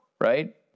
right